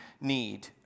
need